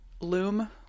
loom